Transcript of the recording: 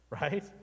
right